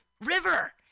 river